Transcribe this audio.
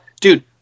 dude